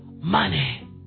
money